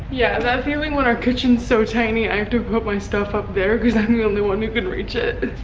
yeah, that feeling when our kitchen's so tiny, i have to put my stuff up there because i'm the only one who can reach it.